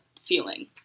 feeling